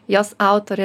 jos autorė